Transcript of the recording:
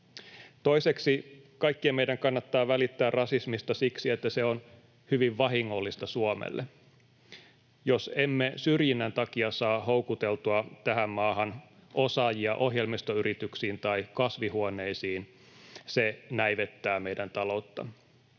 Toiseksi kaikkien meidän kannattaa välittää rasismista siksi, että se on hyvin vahingollista Suomelle. Jos emme syrjinnän takia saa houkuteltua tähän maahan osaajia ohjelmistoyrityksiin tai kasvihuoneisiin, se näivettää meidän taloutta.